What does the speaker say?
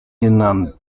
genannt